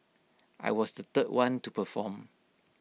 I was the third one to perform